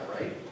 right